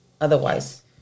otherwise